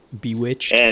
Bewitched